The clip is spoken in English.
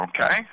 Okay